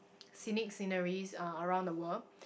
scenic sceneries uh around the world